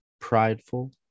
prideful